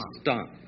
stop